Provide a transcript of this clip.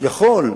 יכול,